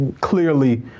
clearly